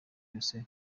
yose